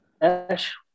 Ash